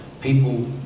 people